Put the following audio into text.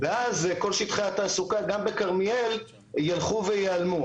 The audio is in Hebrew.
ואז כל שטחי התעסוקה גם בכרמיאל ילכו וייעלמו.